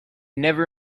never